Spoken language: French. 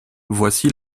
voici